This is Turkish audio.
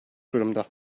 durumda